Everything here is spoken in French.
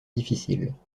difficiles